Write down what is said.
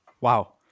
Wow